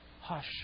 Hush